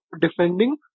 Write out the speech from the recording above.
defending